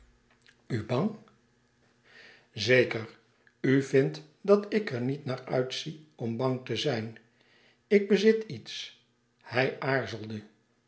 zeker u vindt dat ik er niet naar uit zie om bang te zijn ik bezit iets hij aarzelde